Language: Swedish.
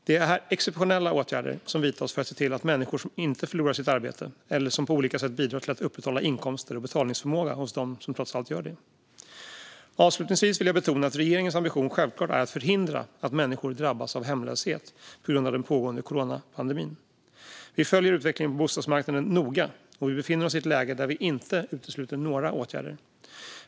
Det är exceptionella åtgärder som vidtas för att se till att människor inte förlorar sitt arbete eller som på olika sätt bidrar till att upprätthålla inkomster och betalningsförmåga hos dem som trots allt gör det. Avslutningsvis vill jag betona att regeringens ambition självklart är att förhindra att människor drabbas av hemlöshet på grund av den pågående coronapandemin. Vi följer utvecklingen på bostadsmarknaden noga, och vi befinner oss i ett läge där vi inte utesluter några åtgärder.